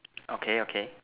okay okay